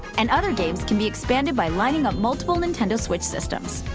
and other games can be expanded by lining up multiple nintendo switch systems.